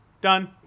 done